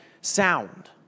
sound